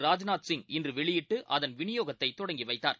ராஜ்நாத்சிங்இன்றுவெளியிட்டுஅதன்விநியோகத்தைத்தொடங்கிவைத்தார்